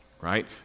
right